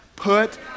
Put